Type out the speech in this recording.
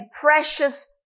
precious